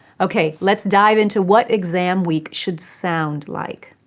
ok, let's dive into what exam week should sound like.